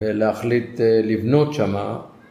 ‫ולהחליט לבנות שמה.